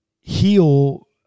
heal